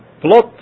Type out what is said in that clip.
plot